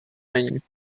není